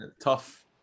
Tough